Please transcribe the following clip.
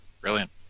Brilliant